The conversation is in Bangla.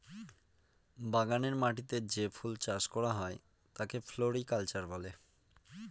বাগানের মাটিতে যে ফুল চাষ করা হয় তাকে ফ্লোরিকালচার বলে